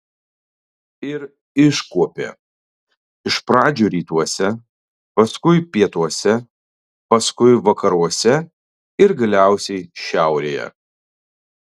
ir iškuopė iš pradžių rytuose paskui pietuose paskui vakaruose ir galiausiai šiaurėje